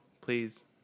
please